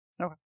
Okay